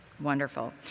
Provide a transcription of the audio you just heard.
Wonderful